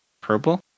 purple